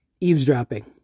eavesdropping